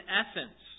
essence